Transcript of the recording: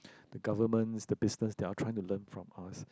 the governments the business they are trying to learn from us